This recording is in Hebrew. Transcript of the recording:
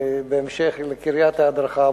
בהמשך לקריית ההדרכה,